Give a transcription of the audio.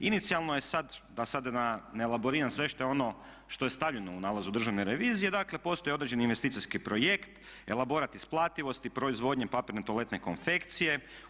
Inicijalno je sad da ne elaboriram sve što je stavljeno u nalazu Državne revizije, dakle postoje određeni investicijski projekt, elaborat isplativosti proizvodnje papirne toaletne konfekcije.